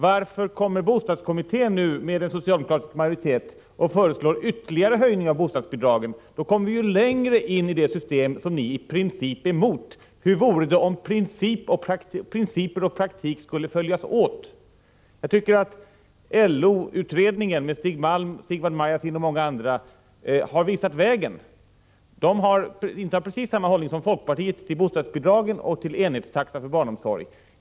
Varför kommer bostadskommittén, med socialdemokratisk majoritet, nu och föreslår ytterligare höjning av bostadsbidragen? Då kommer vi ju längre in i det system som ni i princip är emot. Hur vore det om principer och praktik skulle följas åt? Jag tycker att LO-utredningen med Stig Malm, Sigvard Marjasin och många andra har visat vägen. Man har intagit precis samma hållning som folkpartiet till bostadsbidragen och till enhetstaxa för barnomsorgen.